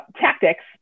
tactics